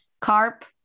carp